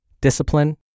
discipline